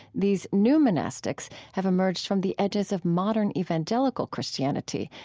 these new monastics have emerged from the edges of modern evangelical christianity,